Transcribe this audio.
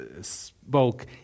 spoke